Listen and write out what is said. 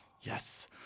Yes